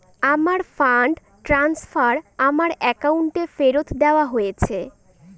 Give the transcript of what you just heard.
আমার fund transfer আমার অ্যাকাউন্টে ফেরত দেওয়া হয়েছে